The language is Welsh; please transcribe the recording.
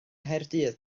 nghaerdydd